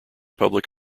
public